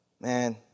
Man